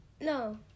No